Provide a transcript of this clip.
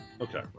Okay